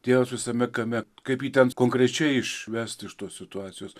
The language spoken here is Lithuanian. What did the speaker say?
dievas visame kame kaip jį ten konkrečiai išvest iš tos situacijos